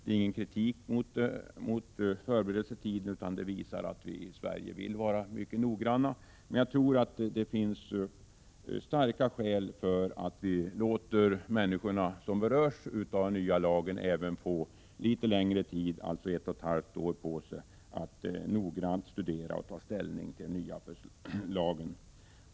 Det är ingen kritik mot förberedelsetiden, utan det visar att vi i Sverige vill vara mycket noggranna. Jag tror att det finns starka skäl för att låta de människor som berörs få litet längre tid, ett och ett halvt år, på sig för att noggrant studera och ta ställning till den nya lagen.